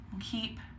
keep